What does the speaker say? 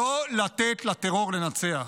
לא לתת לטרור לנצח.